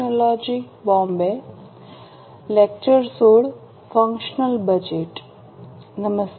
નમસ્તે